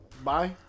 bye